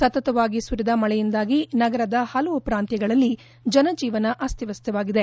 ಸತತವಾಗಿ ಸುರಿದ ಮಳೆಯಿಂದಾಗಿ ನಗರದ ಪಲವು ಪ್ರಾಂತ್ಯಗಳಲ್ಲಿ ಜನಜೀವನ ಅಸ್ತವ್ಸ್ತವಾಗಿದೆ